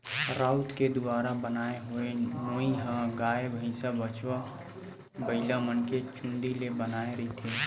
राउत के दुवारा बनाय होए नोई ह गाय, भइसा, बछवा, बइलामन के चूंदी ले बनाए रहिथे